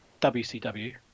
WCW